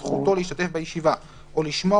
היוועדות חזותית נפגעה זכותו להשתתף בישיבה או לשמוע